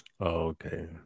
okay